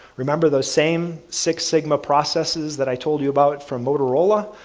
remember those same six sigma processes that i told you about from motorola?